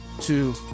two